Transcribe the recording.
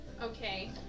Okay